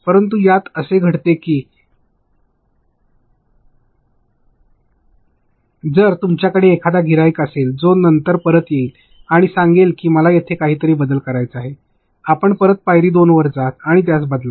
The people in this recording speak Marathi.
परंतु यात असे घडते ते की जर तुमच्याकडे एखादा ग्राहक असेल जो नंतर परत येईल आणि सांगेल की मला तेथे काहीतरी बदल करायचे आहे आपण परत पायरी २ वर जा आणि त्यास बदला